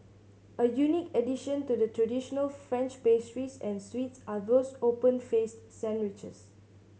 a unique addition to the traditional French pastries and sweets are those open faced sandwiches